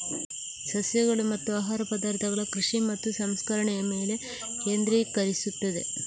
ಸಸ್ಯಗಳು ಮತ್ತು ಆಹಾರ ಪದಾರ್ಥಗಳ ಕೃಷಿ ಮತ್ತು ಸಂಸ್ಕರಣೆಯ ಮೇಲೆ ಕೇಂದ್ರೀಕರಿಸುತ್ತದೆ